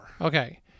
Okay